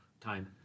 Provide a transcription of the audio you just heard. time